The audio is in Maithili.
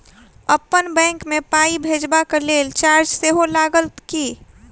अप्पन बैंक मे पाई भेजबाक लेल चार्ज सेहो लागत की?